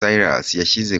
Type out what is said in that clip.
yashyize